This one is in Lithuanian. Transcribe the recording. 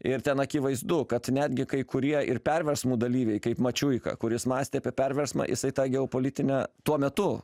ir ten akivaizdu kad netgi kai kurie ir perversmų dalyviai kaip mačiuika kuris mąstė apie perversmą jisai tą geopolitinę tuo metu